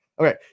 Okay